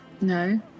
No